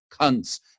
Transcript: cunts